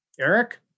Eric